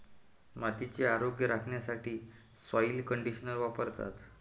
मातीचे आरोग्य राखण्यासाठी सॉइल कंडिशनर वापरतात